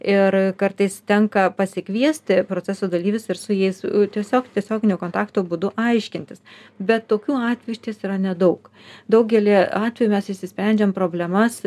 ir kartais tenka pasikviesti proceso dalyvius ir su jais tiesiog tiesioginio kontakto būdu aiškintis bet tokių atvejų išties yra nedaug daugely atvejų mes išsprendžiam problemas